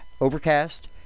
Overcast